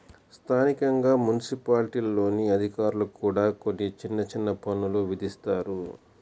స్థానికంగా మున్సిపాలిటీల్లోని అధికారులు కూడా కొన్ని చిన్న చిన్న పన్నులు విధిస్తారు